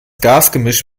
gasgemisch